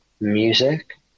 music